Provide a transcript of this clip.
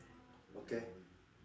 okay